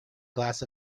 glass